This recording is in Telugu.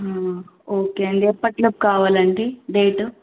ఓకే అండి ఎప్పట్లోకి కావాలండి డేటు